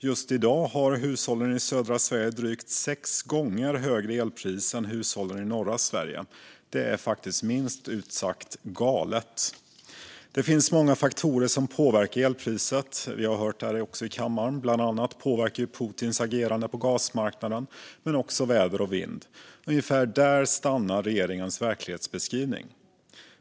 Just i dag har hushåll i södra Sverige drygt sex gånger högre elpris än hushåll i norra Sverige. Det är minst sagt galet. Det finns många faktorer som påverkar elpriset. Bland annat påverkas det av Putins agerande på gasmarknaden men också av väder och vind. Ungefär där stannar regeringens verklighetsbeskrivning.